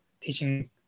teaching